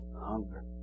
hunger